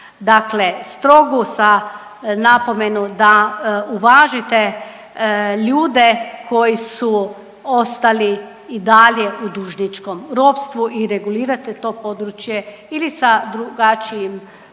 dakle strogu sa napomenu da uvažite ljude koji su ostali i dalje u dužničkom ropstvu i regulirate to područje ili sa drugačijim